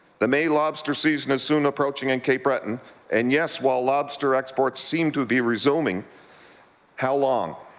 the may lobster season is soon approaching in cape breton and yes, lyle lobster exports seem to be resuming how long?